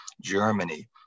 Germany